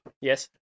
Yes